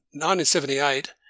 1978